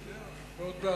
תודה.